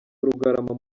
rugarama